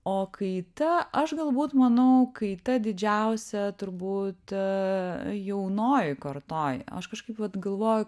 o kaita aš galbūt manau kaita didžiausia turbūt jaunojoj kartoj aš kažkaip vat galvoju